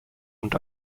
und